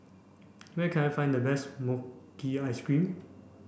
where can I find the best Mochi Ice Cream